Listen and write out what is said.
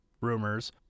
Rumors